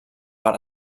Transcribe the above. per